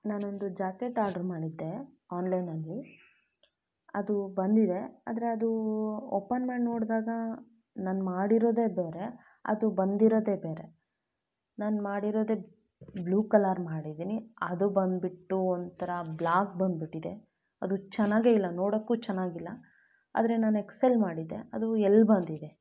ನಾನೊಂದು jacket order ಮಾಡಿದ್ದೆ ಆನ್ಲೈನಲ್ಲಿ ಅದು ಬಂದಿದೆ ಆದರೆ ಅದು ಓಪನ್ ಮಾಡಿ ನೋಡಿದಾಗ ನಾನು ಮಾಡಿರೋದೆ ಬೇರೆ ಅದು ಬಂದಿರೋದೆ ಬೇರೆ ನಾನು ಮಾಡಿರೋದೆ ಬ್ಲೂ ಕಲರ್ ಮಾಡಿದ್ದೀನಿ ಅದು ಬಂದುಬಿಟ್ಟು ಒಂಥರ ಬ್ಲಾಕ್ ಬಂದುಬಿಟ್ಟಿದೆ ಅದು ಚೆನ್ನಾಗಿ ಇಲ್ಲ ನೋಡಕ್ಕೂ ಚೆನ್ನಾಗಿಲ್ಲ ಆದರೆ ನಾನು ಎಕ್ಸ್ ಎಲ್ ಮಾಡಿದ್ದೆ ಅದು ಯಲ್ ಬಂದಿದೆ